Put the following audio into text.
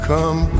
Come